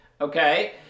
Okay